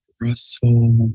Russell